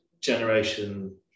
generation